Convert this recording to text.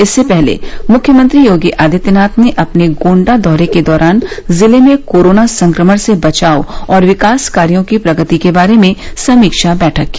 इससे पहले मुख्यमंत्री योगी आदित्यनाथ ने अपने गोण्डा दौरे के दौरान जिले में कोरोना संक्रमण से बचाव और विकास कार्यों की प्रगति के बारे में समीक्षा बैठक की